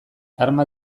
arma